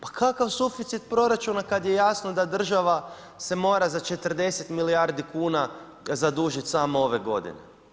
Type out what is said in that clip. Pa kakav suficit proračuna kad je jasno da država se mora za 40 milijardi kuna zadužit samo ove godine?